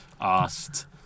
asked